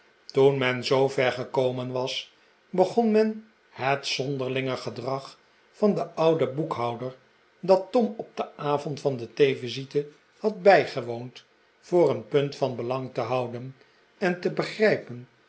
toen men zoover gekomen was begon men het zonderlinge gedrag van den ouden boekhouder dat tom op den avond van de theevisite had bijgewoond voor een punt van belang te houden en te begrijpen